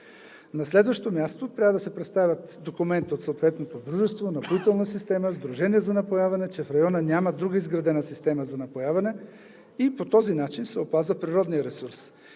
На следващо място, трябва да се представят документи от съответното дружество – напоителна система, сдружение за напояване, че в района няма друга изградена система за напояване и по този начин се опазва природният ресурс